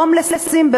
הומלסים,